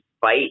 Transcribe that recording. fight